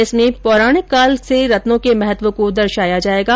इस शो में पौराणिक काल से रत्नों के महत्व को दर्शया जायेगा